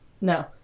No